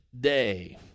day